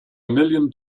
million